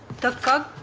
thug,